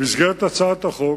במסגרת הצעת החוק